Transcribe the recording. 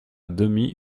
demi